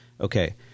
Okay